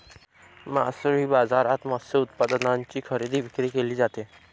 मासळी बाजारात मत्स्य उत्पादनांची खरेदी विक्री केली जाते